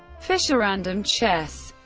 fischerandom chess